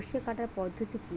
সরষে কাটার পদ্ধতি কি?